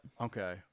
Okay